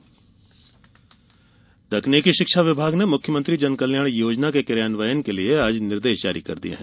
जन कल्याण योजना तकनीकी शिक्षा विभाग ने मुख्यमंत्री जनकल्याण योजना के कियान्वयन के लिये आज निर्देश जारी कर दिये हैं